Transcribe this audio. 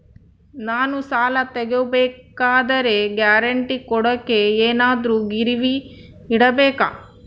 ನಾನು ಸಾಲ ತಗೋಬೇಕಾದರೆ ಗ್ಯಾರಂಟಿ ಕೊಡೋಕೆ ಏನಾದ್ರೂ ಗಿರಿವಿ ಇಡಬೇಕಾ?